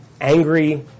angry